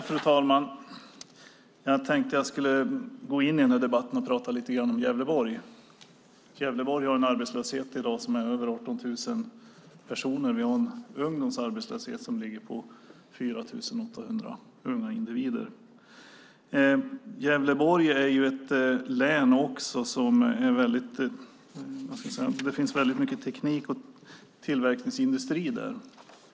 Fru talman! Jag tänkte tala lite om Gävleborg. Gävleborg har en arbetslöshet i dag på över 18 000 personer. Vi har en ungdomsarbetslöshet på 4 800 unga individer. Gävleborg är ett län med mycket teknik och tillverkningsindustri.